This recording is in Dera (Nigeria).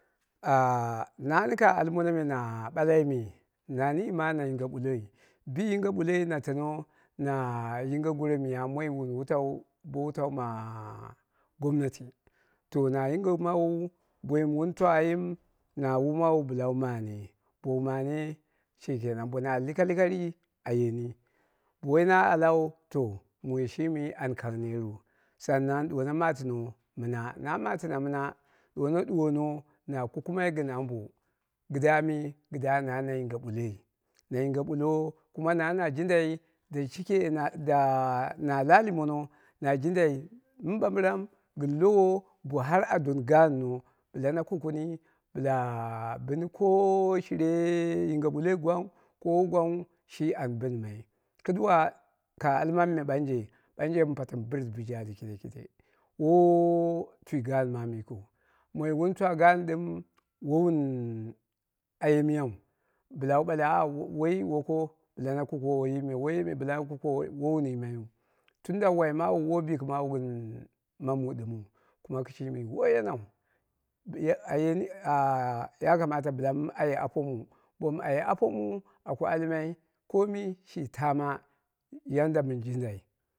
nani ka almono me na ɓalai me, nani ma na yinge ɓulloi, bi yinge ɓulloi na tano na yinge goro miya moi wun wutau bo wutau ma- gomnati to na yingɨmawu, boɨm wun twa ayim na wuumawu bɨla wu mane, bowu bowu mane shikenan bona al gkagka ri a yeni, bo woi na alau to mui shimi an kang nerru sanna ɗuwono matino mɨna na matɨna mɨna ɗuwono ɗuwono na kukumai gɨn ambo kɨdda mɨ, kɨdda na na yinge ɓulloi, na yinge ɓullo kuma na na jindai da shike naw, la ali mono na jindai mɨɓamɓɨram gɨn lowo bo har a donni gaano bɨla na kukuni ɓɨla bɨni ko shire yinge ɓulloi gwang ko woi gwangnghu shi an ɓinmai kɨduwa ka almamui me ɓanje ɓanje ma patomu bɨrit boiji ala keɗe keɗe woo twi gaan mamu yikiu moi wun twa gaan ɗɨm woi wun aye miyau bɨla wu ɓale a a woi woka bɨla na kukuwo woiyi me, wo wun yimaiyu tunda wu wa, maawu woi bɨkimawu gɨn ma mu ɗimu, kuma kɨshimi woi yenau, mɨyue ayeni ah ya kamata bɨla mɨ aye apomu bomu aye apomu aku almai komi shi taama banda min jindoi